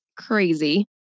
crazy